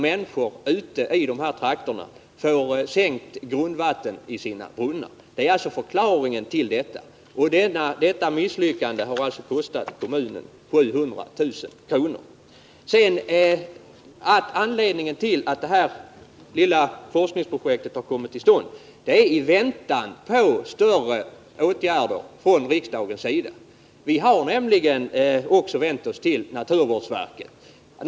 Människor i dessa trakter vill ju inte få grundvattnet sänkt i sina brunnar. Dessa misslyckanden har kostat kommunen ca 700 000 kr. Detta lilla forskningsprojekt har kommit till stånd i väntan på mer omfattande åtgärder från riksdagens sida. Vi har nämligen också vänt oss till naturvårdsverket.